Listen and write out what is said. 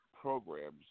programs